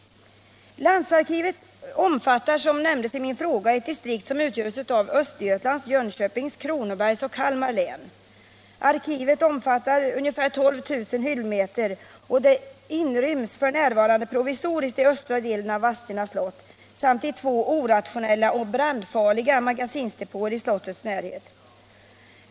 Landsarkivet omfattar, som nämndes i min fråga, ett distrikt som utgöres av Östergötlands, Jönköpings, Kronobergs och Kalmar län. Arkivet, som omfattar ca 12 000 hyllmeter, inryms f. n. provisoriskt i östra delen av Vadstena slott samt i två orationella och brandfarliga magasinsdepåer i slottets närhet.